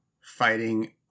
fighting